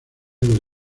del